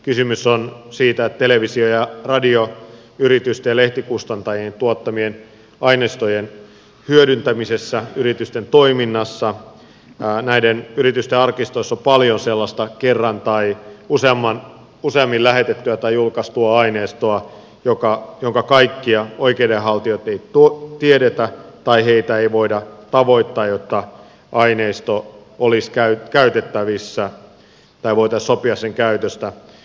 kysymys on siitä että televisio ja radioyritysten ja lehtikustantajien tuottamien aineistojen hyödyntämisessä yritysten toiminnassa näiden yritysten arkistoissa on paljon sellaista kerran tai useammin lähetettyä tai julkaistua aineistoa jonka kaikkia oikeudenhaltijoita ei tiedetä tai heitä ei voida tavoittaa jotta aineisto olisi käytettävissä tai voitaisiin sopia sen käytöstä